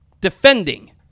defending